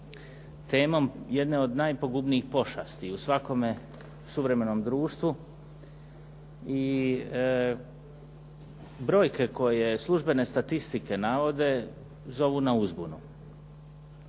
temom jedne od najpogubnijih pošasti u svakome suvremenom društvu. I brojke koje službene statistike navode zovu na uzbunu.